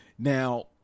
Now